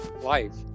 life